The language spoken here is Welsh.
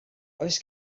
oes